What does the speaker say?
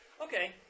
Okay